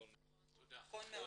נכון מאוד.